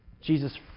Jesus